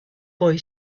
boy